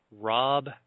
Rob